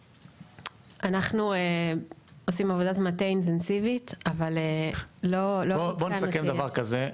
אנחנו עושים עבודת מטה אינטנסיבית אבל --- בואו נסכם דבר כזה,